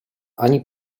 ani